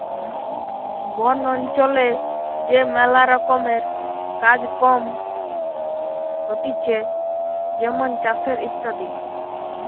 বন অঞ্চলে যে ম্যালা রকমের কাজ কম হতিছে যেমন চাষের ইত্যাদি